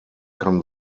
kann